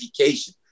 education